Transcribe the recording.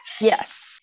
Yes